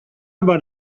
about